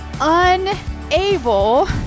unable